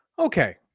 Okay